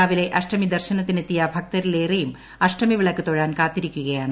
രാവിലെ അഷ്ടമിദർശനത്തിനെത്തിയ ഭക്തരിലേറെയും അഷ്ടമിവിളക്ക് തൊഴാൻ കാത്തിരിക്കുകയാണ്